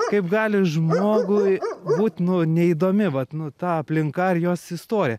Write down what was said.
kaip gali žmogui būt nu neįdomi vat nu ta aplinka ir jos istorija